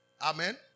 Amen